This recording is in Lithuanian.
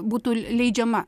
būtų leidžiama